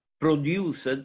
produced